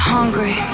Hungry